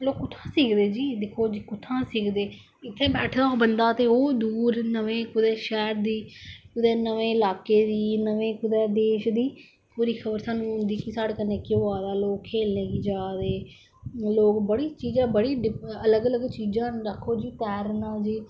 लोक कुत्थुआं सिक्खदे जी दिक्खो जी कुत्थुआं सिखदे इत्थे बेठे दा होऐ बंदा ते ओह् दूर नमें कुदे शैहर दी कुदे नमें इलाके दी नमें कुते देश दी पूरी खब़र सानू औंदी कि साढ़े कन्नै केह् होआ दा लोक खेलने गी जारदे लोक बड़ी चीजां बड़ी अलग अलग चीजां ना आक्खो जी तैरना